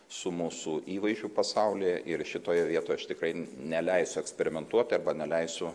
su mūsų įvaizdžiu pasaulyje ir šitoje vietoje aš tikrai neleisiu eksperimentuoti arba neleisiu